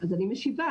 אני משיבה